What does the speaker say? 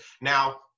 Now